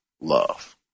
Love